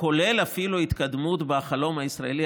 כולל אפילו התקדמות בחלום הישראלי